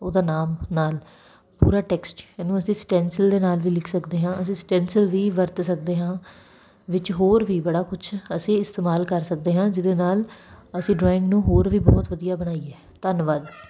ਉਹਦਾ ਨਾਮ ਨਾਲ ਪੂਰਾ ਟੈਕਸਟ ਇਹਨੂੰ ਅਸੀਂ ਸਟੈਂਸਲ ਦੇ ਨਾਲ ਵੀ ਲਿਖ ਸਕਦੇ ਹਾਂ ਅਸੀਂ ਸਟੈਂਸ਼ਲ ਵੀ ਵਰਤ ਸਕਦੇ ਹਾਂ ਵਿੱਚ ਹੋਰ ਵੀ ਬੜਾ ਕੁਝ ਅਸੀਂ ਇਸਤੇਮਾਲ ਕਰ ਸਕਦੇ ਹਾਂ ਜਿਹਦੇ ਨਾਲ ਅਸੀਂ ਡਰਾਇੰਗ ਨੂੰ ਹੋਰ ਵੀ ਬਹੁਤ ਵਧੀਆ ਬਣਾਈਏ ਧੰਨਵਾਦ